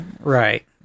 Right